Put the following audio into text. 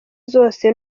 zose